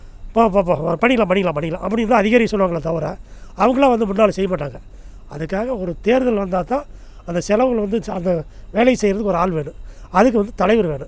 பார்ப்போம் பண்ணிக்கலாம் பண்ணிக்கலாம் பண்ணிக்கலாம் அப்படின்தான் அடிக்கடி சொல்லுவாங்களே தவிர அவங்களா வந்து முன்னால் செய்ய மாட்டாங்க அதுக்காக ஒரு தேர்தல் வந்தால்தான் அந்த செலவுகள் வந்து அந்த வேலையை செய்கிறதுக்கு ஒரு ஆள் வேணும் அதுக்கு வந்து தலைவர் வேணும்